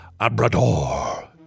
Abrador